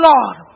Lord